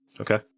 okay